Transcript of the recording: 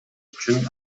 үчүн